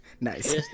nice